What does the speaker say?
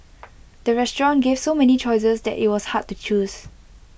the restaurant gave so many choices that IT was hard to choose